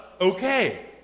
okay